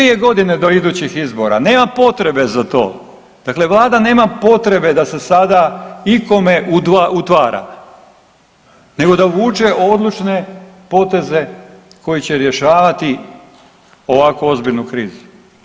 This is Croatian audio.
Tri je godine do idućih izbora, nema potrebe za to, dakle vlada nema potrebe da se sada ikome utvara nego da vuče odlučne poteze koji će rješavati ovako ozbiljnu krizu.